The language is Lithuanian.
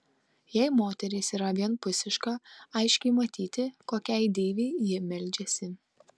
jei moteris yra vienpusiška aiškiai matyti kokiai deivei ji meldžiasi